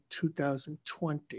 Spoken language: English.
2020